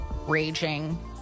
raging